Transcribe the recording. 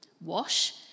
Wash